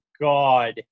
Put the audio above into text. god